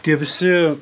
tie visi